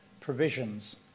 provisions